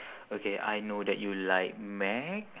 okay I know that you like mac